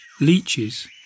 leeches